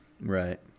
right